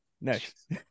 Next